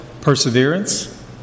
perseverance